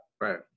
Right